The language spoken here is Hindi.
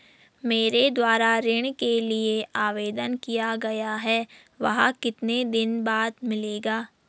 मेरे द्वारा ऋण के लिए आवेदन किया गया है वह कितने दिन बाद मिलेगा?